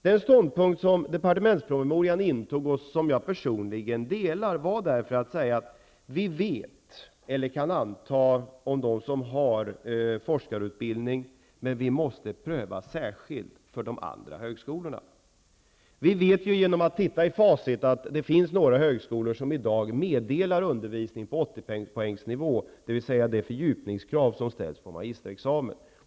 Den ståndpunkt som intogs i departementspromemorian och som jag personligen delar var att man kan anta att de universitet som har forskarutbildning uppfyller kvalitetskraven, men att detta måste prövas särskilt vid övriga högskolor. Genom att titta i facit vet vi att det finns några högskolor som i dag meddelar undervisning på 80-poängsnivå, dvs. det fördjupningskrav som ställs på magisterexamen.